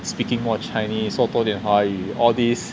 speaking more chinese 说多一点华语 all these